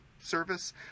service